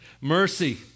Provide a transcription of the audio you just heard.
Mercy